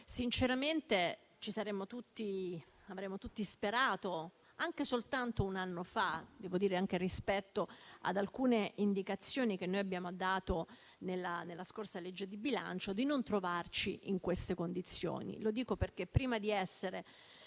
Sinceramente avremmo tutti sperato, anche soltanto un anno fa, anche rispetto ad alcune indicazioni che abbiamo dato nella scorsa legge di bilancio, di non trovarci in queste condizioni.